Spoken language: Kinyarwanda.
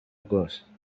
bwose